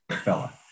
fella